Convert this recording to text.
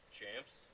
Champs